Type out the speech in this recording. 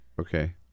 Okay